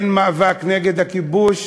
הן מאבק נגד הכיבוש,